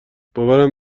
باورم